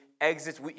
exits